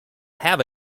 have